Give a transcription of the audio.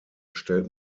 stellt